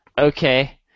okay